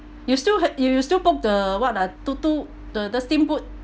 you still heard you you still book the what ah tutu the the steamboat